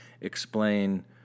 explain